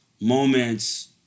moments